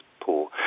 poor